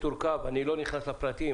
אני לא נכנס לפרטים,